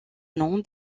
nom